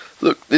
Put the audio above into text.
look